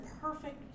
perfect